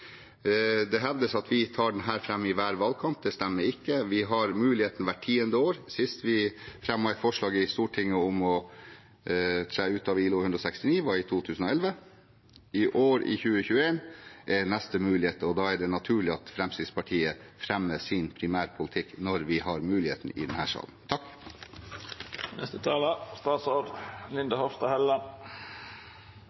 Det hevdes at vi tar dette fram i hver valgkamp – det stemmer ikke. Vi har muligheten hvert tiende år. Sist vi fremmet et forslag i Stortinget om å tre ut av ILO-konvensjon nr. 169, var i 2011. 2021, i år, var neste mulighet, og det er naturlig at Fremskrittspartiet fremmer sin primærpolitikk når vi har muligheten i denne salen.